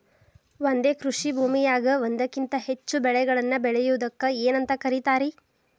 ಒಂದೇ ಕೃಷಿ ಭೂಮಿಯಾಗ ಒಂದಕ್ಕಿಂತ ಹೆಚ್ಚು ಬೆಳೆಗಳನ್ನ ಬೆಳೆಯುವುದಕ್ಕ ಏನಂತ ಕರಿತಾರಿ?